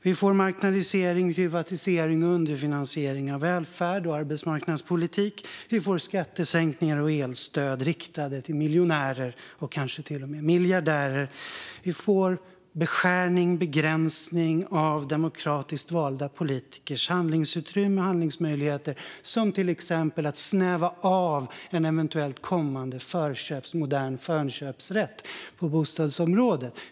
Vi får marknadisering, privatisering och underfinansiering av välfärd och arbetsmarknadspolitik. Vi får skattesänkningar och elstöd riktade till miljonärer och kanske till och med miljardärer. Vi får beskärning och begränsning av demokratiskt valda politikers handlingsutrymme och handlingsmöjligheter. Till exempel snävar man av en eventuellt kommande modern förköpsrätt på bostadsområdet.